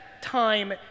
time